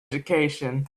education